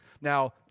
Now